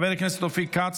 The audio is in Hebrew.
נעבור לנושא הבא בסדר-היום,